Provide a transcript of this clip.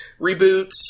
reboots